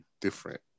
different